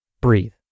breathe